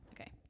Okay